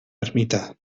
ermita